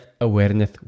Awareness